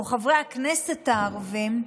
או חברי הכנסת הערבים,